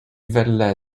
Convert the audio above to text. verlai